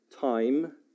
time